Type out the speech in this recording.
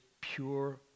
pure